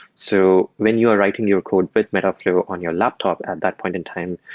so when you're writing your code, build metaflow on your laptop at that point in time,